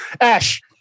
Ash